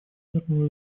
мирного